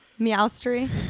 meowstery